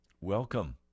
Welcome